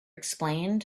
explained